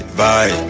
bye